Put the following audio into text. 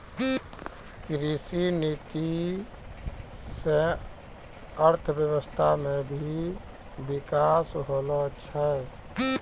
कृषि नीति से अर्थव्यबस्था मे भी बिकास होलो छै